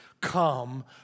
come